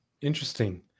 Interesting